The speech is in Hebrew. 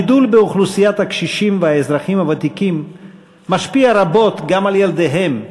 הגידול באוכלוסיית הקשישים והאזרחים הוותיקים משפיע רבות גם על ילדיהם,